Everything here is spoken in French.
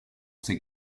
ces